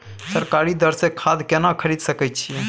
सरकारी दर से खाद केना खरीद सकै छिये?